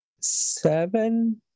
seven